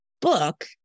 book